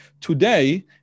today